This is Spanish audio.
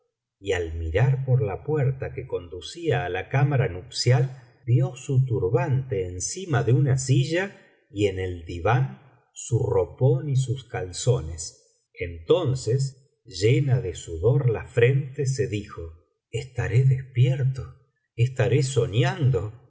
y al mirar por la puerta que conducía á la cámara nupcial tío su turbante encima de una silla y en el diván su ropón y sus calzones entonces llena de sudor la frente se dijo estaró despierto estaré soñando